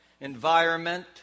environment